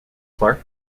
clarke